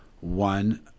one